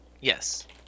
Yes